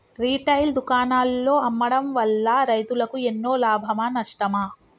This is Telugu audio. రిటైల్ దుకాణాల్లో అమ్మడం వల్ల రైతులకు ఎన్నో లాభమా నష్టమా?